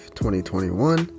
2021